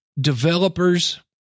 developers